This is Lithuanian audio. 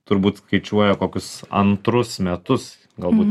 turbūt skaičiuoja kokius antrus metus galbūt